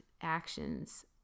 actions